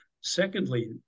Secondly